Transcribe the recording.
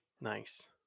Nice